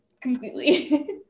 completely